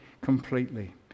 completely